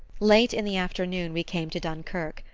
late in the afternoon we came to dunkerque,